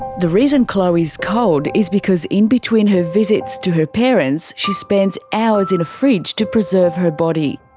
the reason chloe's cold is because in between her visits to her parents, she spends hours in a fridge to preserve her body.